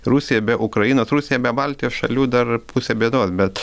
rusija be ukrainos rusija be baltijos šalių dar pusė bėdos bet